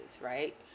right